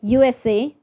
USA